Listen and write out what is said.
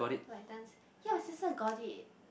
like dance ya my sister got it